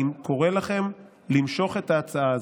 אני קורא לכם למשוך את ההצעה הזאת,